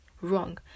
wrong